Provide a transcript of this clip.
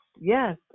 yes